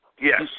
yes